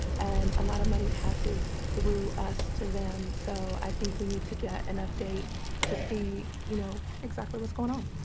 and a lot of money passes through us to them, so i think we need to get an update to see, you know, exactly what's going on.